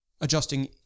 adjusting